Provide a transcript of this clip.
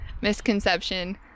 misconception